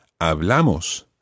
hablamos